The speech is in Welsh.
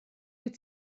wyt